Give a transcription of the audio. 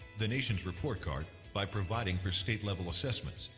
the nation's report card, by providing for state-level assessments,